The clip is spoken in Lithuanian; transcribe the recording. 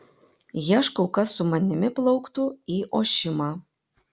ieškau kas su manimi plauktų į ošimą